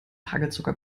hagelzucker